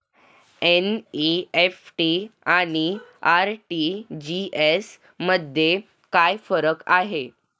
NEFT आणि RTGS मध्ये काय फरक आहे?